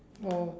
oh